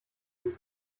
dem